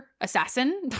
assassin